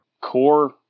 Core